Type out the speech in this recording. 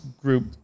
group